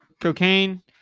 Cocaine